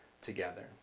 together